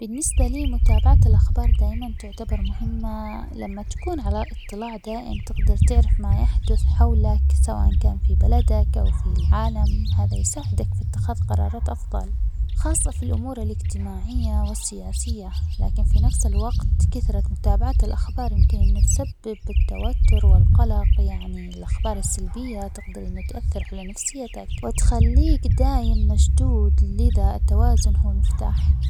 بالنسبة لي متابعة الأخبار دايماً تعتبر مهمة، لما تكون على إطلاع دائم تقدر تعرف ما يحدث حولك سواءً كان في بلدك أو في العالم هذا يساعدك في اتخاذ قرارات أفضل خاصة في الأمور الاجتماعية والسياسية، لكن في نفس الوقت كثرة متابعة الأخبار يمكن إنو تسبب التوتر والقلق يعني الأخبار السلبية تقدر إنو تأثر على نفسيتك وتخليك دايم مشدود، لذا التوازن هو مفتاح.